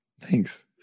thanks